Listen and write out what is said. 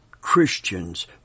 Christians